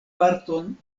parton